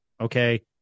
Okay